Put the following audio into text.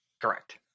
Correct